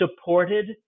supported